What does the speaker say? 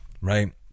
right